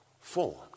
formed